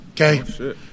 Okay